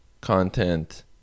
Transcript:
content